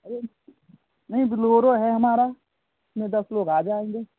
अरे नहीं बोलोरो है हमारा उसमें दस लोग आ जाएँगे